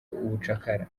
ubucakara